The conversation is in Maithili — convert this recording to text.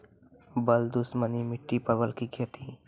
बल दुश्मनी मिट्टी परवल की खेती?